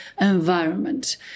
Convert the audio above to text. environment